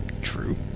True